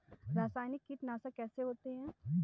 रासायनिक कीटनाशक कैसे होते हैं?